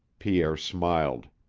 pierre smiled.